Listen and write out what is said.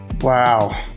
Wow